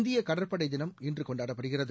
இந்திய கடற்படை தினம் இன்று கொண்டாடப்படுகிறது